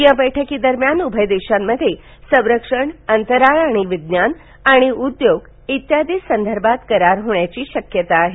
या बैठकी दरम्यान उभय देशांमध्ये संरक्षण अंतराळ आणि विज्ञान आणि उद्योग आदी संदर्भात करार होण्याची शक्यता आहे